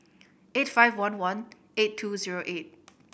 eight five one one eight two zero eight